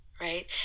right